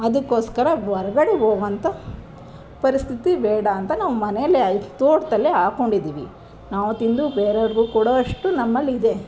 ಅದಕ್ಕೋಸ್ಕರ ಹೊರ್ಗಡೆ ಹೋಗುವಂಥ ಪರಿಸ್ಥಿತಿ ಬೇಡ ಅಂತ ನಾವು ಮನೆಯಲ್ಲೇ ತೋಟದಲ್ಲೇ ಹಾಕೊಂಡಿದ್ದೀವಿ ನಾವು ತಿಂದು ಬೇರೆಯವ್ರಿಗೂ ಕೊಡುವಷ್ಟು ನಮ್ಮಲ್ಲಿದೆ